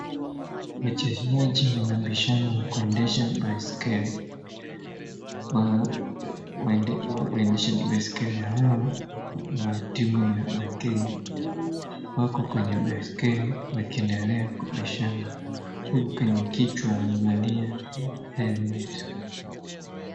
Wachezaji wanabishana kuendesha baiskeli. Waendeshaji baiskeli hawa wa timu ya Kenya wako kwenye baiskeli wakiendelea kubishana huku kwenye kichwa wamevalia helmet .